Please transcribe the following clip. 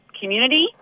community